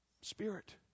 Spirit